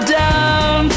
down